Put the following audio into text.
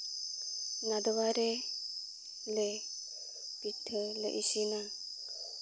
ᱱᱟᱫᱽᱣᱟ ᱨᱮᱞᱮ ᱯᱤᱴᱷᱟᱹ ᱞᱮ ᱤᱥᱤᱱᱟ